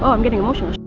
um i'm getting emotional.